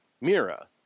Mira